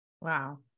Wow